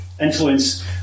influence